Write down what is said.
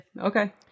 okay